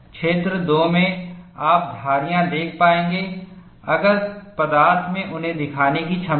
क्षेत्र 2 में आप धारीयां देख पाएंगे अगर पदार्थ में उन्हें दिखाने की क्षमता है